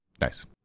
Nice